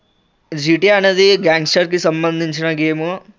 GTA అనేది గ్యాంగ్స్టర్కి సంబంధించిన గేము